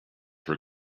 her